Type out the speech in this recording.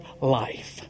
life